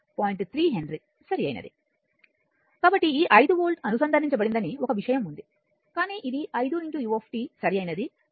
3 henry సరైనది కాబట్టి ఈ 5 వోల్ట్ అనుసంధానించబడిందని ఒక విషయం ఉంది కానీ ఇది 5 u సరైనది